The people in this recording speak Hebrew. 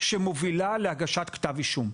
שמובילה להגשת כתב אישום.